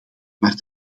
maar